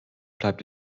bleibt